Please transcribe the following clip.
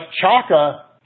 Chaka